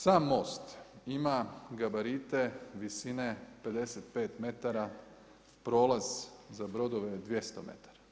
Sam most ima gabarite visine 55 metara, prolaz za brodove 200 metara.